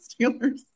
Steelers